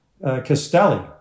Castelli